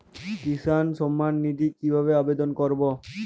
কিষান সম্মাননিধি কিভাবে আবেদন করব?